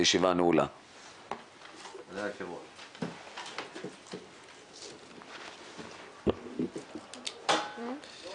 הישיבה ננעלה בשעה 11:31.